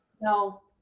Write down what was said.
No